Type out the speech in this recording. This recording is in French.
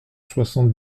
soixante